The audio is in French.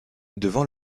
devant